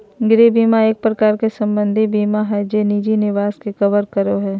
गृह बीमा एक प्रकार से सम्पत्ति बीमा हय जे निजी निवास के कवर करो हय